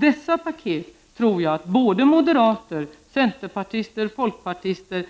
Dessa paket tror jag såväl moderater, centerpartister, folkpartister